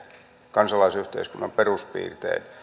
kansalaisyhteiskunnan peruspiirteen